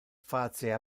face